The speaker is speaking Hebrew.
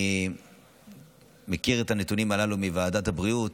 אני מכיר את הנתונים הללו מוועדת הבריאות.